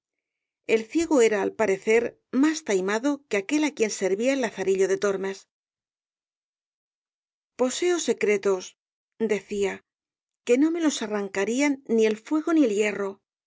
el ciego era al parecer más taimado que aquel á quien servía el lazarillo de tormes poseo secretos decía que no me los arrancarían ni el fuego ni el hierro